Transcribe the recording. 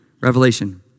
Revelation